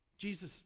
Jesus